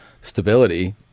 stability